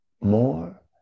more